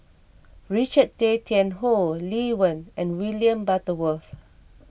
Richard Tay Tian Hoe Lee Wen and William Butterworth